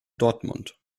dortmund